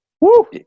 Woo